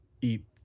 eat